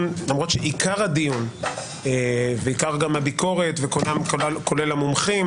למרות שעיקר הדיון וגם עיקר הביקורת כולל המומחים